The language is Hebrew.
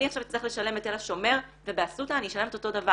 אני אצטרך לשלם לתל השומר ובאסותא אני אשלם את אותו דבר,